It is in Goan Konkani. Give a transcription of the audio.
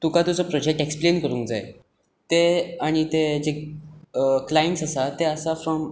तुका तुजो प्रोजॅक्ट एक्सप्लेन करूंक जाय ते आनी ताजे क्लायंट्स आसा ते आसा फ्रोम